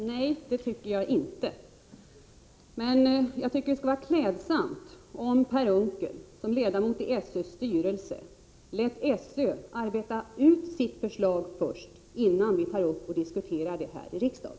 Herr talman! Nej, det tycker jag inte. Men jag tycker att det skulle vara klädsamt om Per Unckel som ledamot i SÖ:s styrelse lät SÖ utarbeta sitt förslag, innan vi tar upp det till diskussion här i riksdagen.